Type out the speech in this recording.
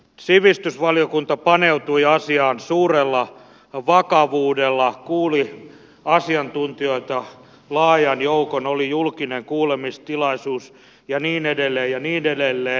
sivistysvaliokunta paneutui asiaan suurella vakavuudella kuuli asiantuntijoita laajan joukon oli julkinen kuulemistilaisuus ja niin edelleen ja niin edelleen